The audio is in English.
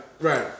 right